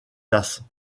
tasse